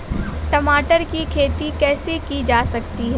टमाटर की खेती कैसे की जा सकती है?